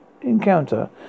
encounter